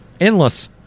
Endless